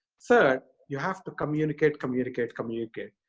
third, you have to communicate, communicate, communicate.